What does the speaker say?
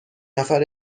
نفر